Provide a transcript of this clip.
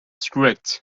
strict